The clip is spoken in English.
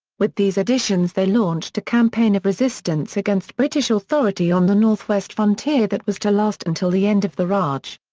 with these additions they launched a campaign of resistance against british authority on the north-west frontier that was to last until the end of the raj.